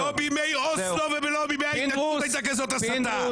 לא בימי אוסלו ולא בימי ההתנתקות הייתה כזאת הסתה.